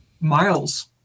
Miles